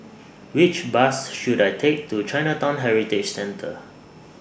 Which Bus should I Take to Chinatown Heritage Centre